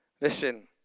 Listen